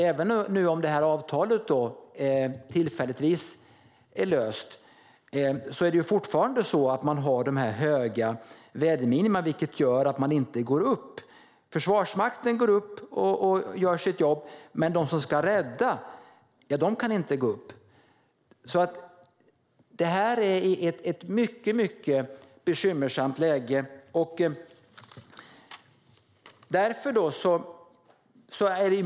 Även om det här avtalet tillfälligtvis är löst är det fortfarande så att man har höga väderminimum, vilket gör att man inte går upp. Försvarsmakten går upp och gör sitt jobb, men de som ska rädda kan inte gå upp. Det här är ett mycket, mycket bekymmersamt läge.